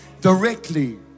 directly